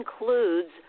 includes